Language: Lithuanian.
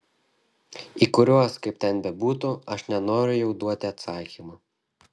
į kuriuos kaip ten bebūtų aš nenoriu jau duoti atsakymų